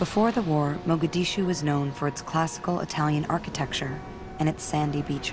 before the war mogadishu was known for its classical italian architecture and its sandy beach